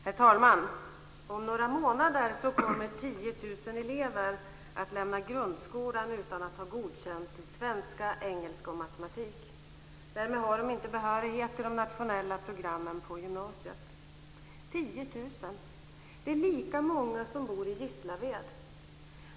Herr talman! Om några månader kommer 10 000 elever att lämna grundskolan utan att ha godkänt betyg i svenska, engelska och matematik. Därmed har de inte behörighet till de nationella programmen på gymnasiet. 10 000 - det är lika många som bor i Gislaved.